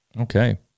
Okay